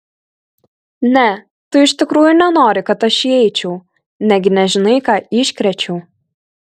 ne tu iš tikrųjų nenori kad aš įeičiau negi nežinai ką iškrėčiau